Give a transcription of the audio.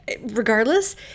regardless